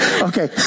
Okay